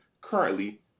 currently